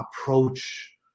approach